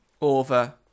over